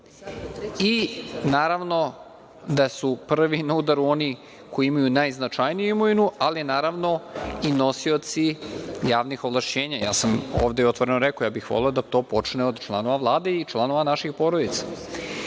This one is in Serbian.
i naravno da su prvi na udaru oni koji imaju najznačajniju imovinu, ali naravno, i nosioci javnih ovlašćenja. Ja sam ovde otvoreno rekao, voleo bih da to počne od članova Vlade i članova naših porodica,